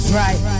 right